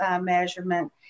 measurement